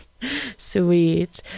Sweet